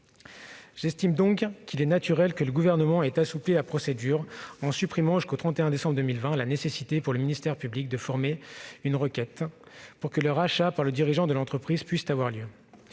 J'estime naturel que le Gouvernement ait assoupli la procédure et supprimé jusqu'au 31 décembre 2020 la nécessité pour le ministère public de former une requête pour que le rachat par le dirigeant de l'entreprise puisse avoir lieu.